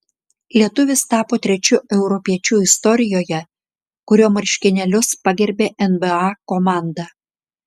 lietuvis tapo trečiu europiečiu istorijoje kurio marškinėlius pagerbė nba komanda